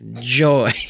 Joy